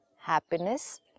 happiness